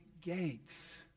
gates